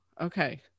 okay